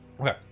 Okay